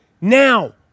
now